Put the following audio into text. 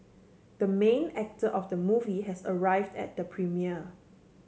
the main actor of the movie has arrived at the premiere